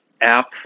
app